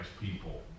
people